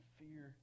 fear